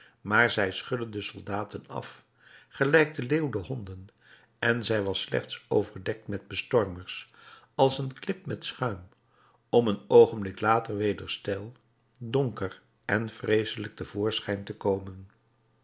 maar zij schudde de soldaten af gelijk de leeuw de honden en zij was slechts overdekt met bestormers als de klip met schuim om een oogenblik later weder steil donker en vreeselijk te voorschijn te komen